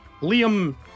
Liam